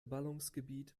ballungsgebiet